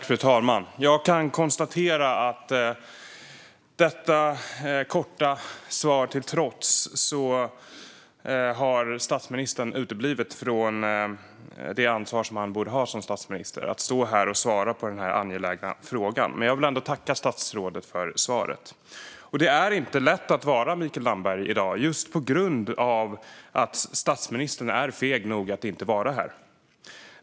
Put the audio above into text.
Fru talman! Jag kan konstatera att detta korta svar till trots har statsministern uteblivit från det ansvar som han borde ha som statsminister att stå här och svara på den här angelägna frågan. Jag vill ändå tacka statsrådet för svaret. Det är inte lätt att vara Mikael Damberg i dag just på grund av att statsministern är feg nog att inte vara här.